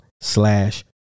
slash